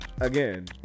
Again